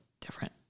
different